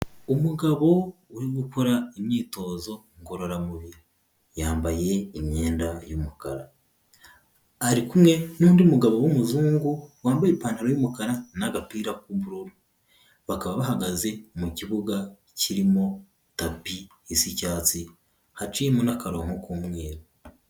Umugabo uri gukora imyitozo ngororamubiri, yambaye imyenda y'umukara, ari kumwe n'undi mugabo w'umuzungu wambaye ipantaro y'umukara n'agapira k'ubururu, bakaba bahagaze mu kibuga kirimo tapi isa icyatsi haciyemo n'akaronko k'umweru.